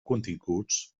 continguts